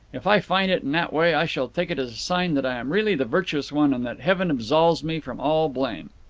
if i find it in that way i shall take it as a sign that i am really the virtuous one and that heaven absolves me from all blame.